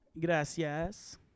Gracias